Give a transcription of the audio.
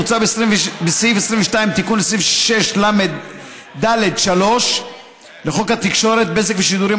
מוצע בסעיף 22 תיקון לסעיף 6לד3 לחוק התקשורת (בזק ושידורים),